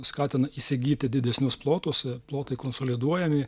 skatina įsigyti didesnius plotus plotai konsoliduojami